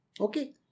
Okay